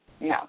No